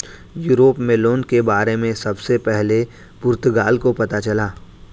Europe में loan के बारे में सबसे पहले पुर्तगाल को पता चला